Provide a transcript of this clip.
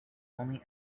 only